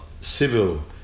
civil